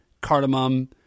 cardamom